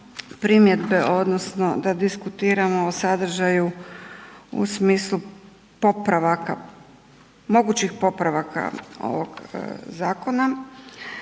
primjedbe odnosno da diskutiramo o sadržaju u smislu mogućih popravaka ovog zakona.